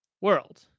world